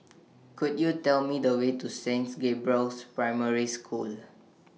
Could YOU Tell Me The Way to Saint Gabriel's Primary School